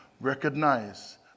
Recognize